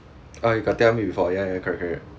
oh you got tell me before ya ya correct correct